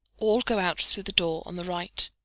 all go out through the door on the right.